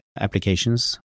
applications